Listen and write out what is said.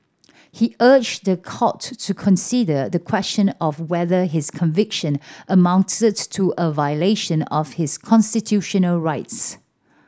he urged the court to consider the question of whether his conviction amounted to a violation of his constitutional rights